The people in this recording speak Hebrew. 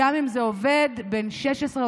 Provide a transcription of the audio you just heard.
גם אם זה עובד בן 16,